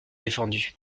défendu